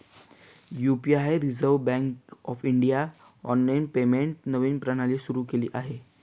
UPI reserve bank of इंडियाने online पेमेंटची नवीन प्रणाली सुरू केली आहे